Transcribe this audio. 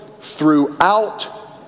throughout